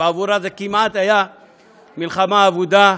בעבורה זה כמעט היה מלחמת אבודה,